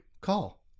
call